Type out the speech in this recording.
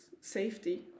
safety